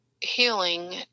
healing